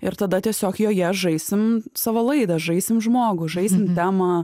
ir tada tiesiog joje žaisim savo laidą žaisim žmogų žaisim temą